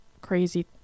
crazy